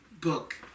book